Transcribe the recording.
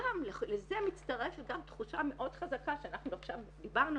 לזה מצטרפת גם תחושה מאוד חזקה שאנחנו עכשיו דיברנו